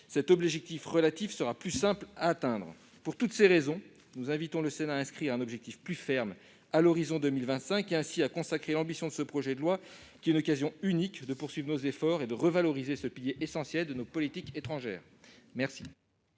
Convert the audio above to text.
cet objectif relatif sera plus facile à atteindre. Pour toutes ces raisons, nous invitons le Sénat à inscrire un objectif plus ferme à l'horizon 2025, afin de consacrer l'ambition du projet de loi. C'est une occasion unique de poursuivre nos efforts et de revaloriser ce pilier essentiel de notre politique étrangère. La